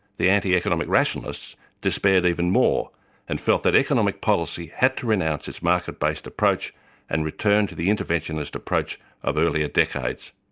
the anti economic rationalists despaired even more and felt that economic policy had to renounce its market-based approach and return to the interventionist approach of earlier decades.